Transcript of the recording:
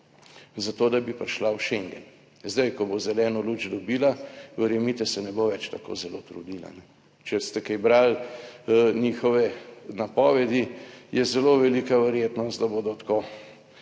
zato da bi prišla v Schengen. Zdaj, ko bo zeleno luč dobila, verjemite, se ne bo več tako zelo trudila. Če ste kaj brali njihove napovedi, je zelo velika verjetnost, da bodo tako